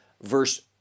Verse